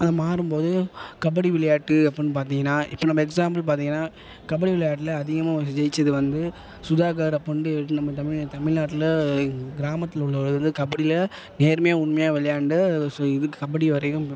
அது மாறும்போது கபடி விளையாட்டு அப்புடின்னு பார்த்தீங்கன்னா இப்போ நம்ம எக்ஸ்ஸாம்பிள் பார்த்தீங்கன்னா கபடி விளையாட்டில அதிகமாக வந்து ஜெயிச்சது வந்து சுதாகர் அப்பிடின்ட்டு நம்ம தமிழர் தமிழ்நாட்டில கிராமத்தில் உள்ளவர் வந்து கபடியில நேர்மையாக உண்மையாக விளையாண்ட ஸோ இதுக்கு கபடி வரையும்